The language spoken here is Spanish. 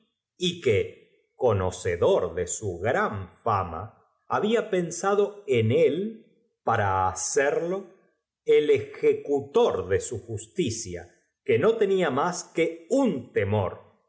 y que conocedor de su gran fam a había pensado en él para hacerlo el ejecutor de su justicia qu e no tenía más que un temor